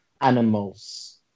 Animals